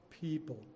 people